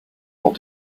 what